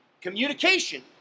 Communication